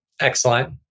Excellent